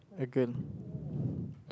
I can